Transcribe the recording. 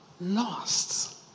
lost